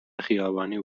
خیابانی